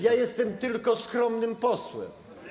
Ja jestem tylko skromnym posłem.